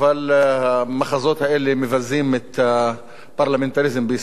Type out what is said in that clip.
אבל המחזות האלה מבזים את הפרלמנטריזם בישראל.